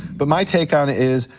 but my take on it is,